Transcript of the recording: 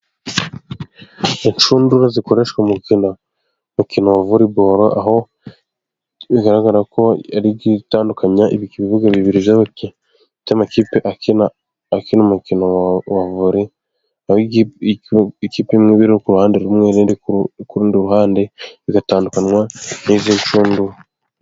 Inshundura zikoreshwa mu gukina umukino wa voreboro aho bigaragara ko ari igitandukanya ibibuga bibiri by'amakipe akina umukino vore, aho ikipe imwe iba iri ku ruhande rumwe indi ku rundi ruhande bigatandukanywa n'izi nshundura.